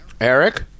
Eric